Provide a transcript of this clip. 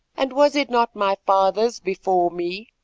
and was it not my father's before me?